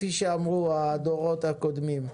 כפי שאמרו הדורות הקודמים.